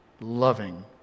loving